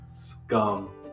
Scum